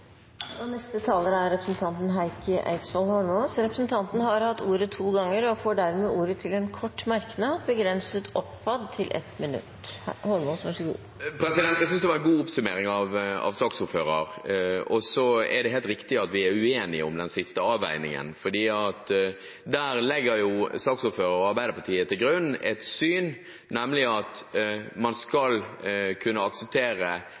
Representanten Heikki Eidsvoll Holmås har hatt ordet to ganger tidligere og får ordet til en kort merknad, begrenset til 1 minutt. Jeg synes det var en god oppsummering av saksordføreren. Det er helt riktig at vi er uenige om den siste avveiningen, for der legger saksordføreren og Arbeiderpartiet til grunn sitt syn, nemlig at man skal kunne akseptere